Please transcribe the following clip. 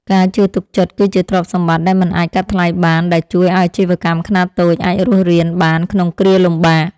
ការជឿទុកចិត្ត គឺជាទ្រព្យសម្បត្តិដែលមិនអាចកាត់ថ្លៃបានដែលជួយឱ្យអាជីវកម្មខ្នាតតូចអាចរស់រានបានក្នុងគ្រាលំបាក។